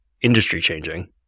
industry-changing